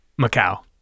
Macau